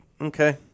okay